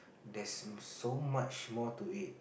there's so much more to it